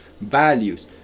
values